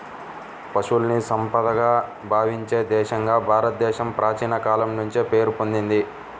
పశువుల్ని సంపదగా భావించే దేశంగా భారతదేశం ప్రాచీన కాలం నుంచే పేరు పొందింది